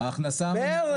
בערך.